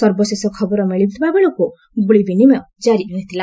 ସର୍ବଶେଷ ଖବର ମିଳିବାବେଳକୁ ଗୁଳି ବିନିମୟ କାରି ଥିଲା